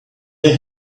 they